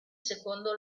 secondo